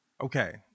Okay